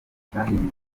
cyahinduye